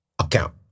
account